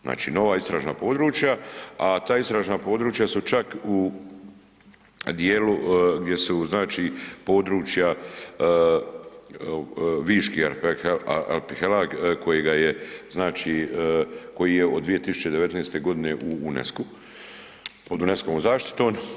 Znači nova istražna područja, a ta istražna područja su čak u dijelu gdje su znači područja Viški arhipelag kojega je, znači koji je od 2019.g. u UNESCO-u, pod UNESCO-om zaštitom.